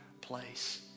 place